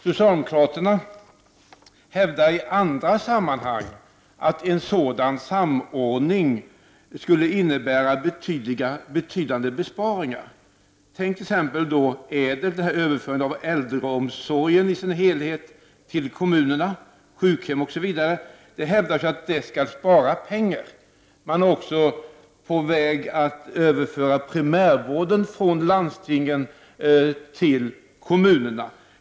Socialdemokraterna hävdar i andra sammanhang att en sådan samordning skulle innebära betydande besparingar, t.ex. överföring till kommunerna av äldreomsorgen i dess helhet och av sjukhem. Man är också på väg att överföra primärvården från landstingen till kommunerna.